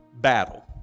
battle